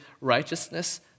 righteousness